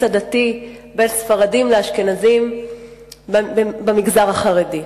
עדתי בין ספרדים לאשכנזים במגזר החרדי.